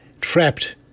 trapped